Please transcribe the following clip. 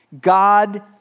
God